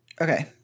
Okay